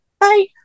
Bye